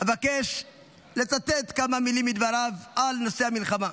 אבקש לצטט כמה מילים מדבריו על נושא המלחמה: